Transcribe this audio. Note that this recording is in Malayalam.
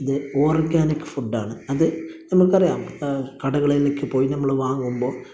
ഇത് ഓർഗാനിക് ഫുഡാണ് അത് നമുക്കറിയാം കടകളിലേക്ക് പോയി നമ്മൾ വാങ്ങുമ്പോൾ